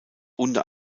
unter